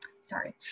sorry